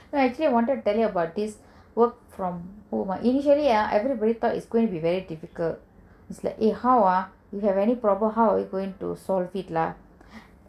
actually I wanted to tell you about this work from home ah initially everyone thought it was going to be very difficult it's like how ah you have any problem how are we going to solve it lah